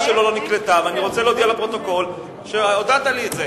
שלו לא נקלטה ואני רוצה להודיע לפרוטוקול שהודעת לי את זה,